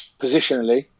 positionally